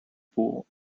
pool